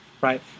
right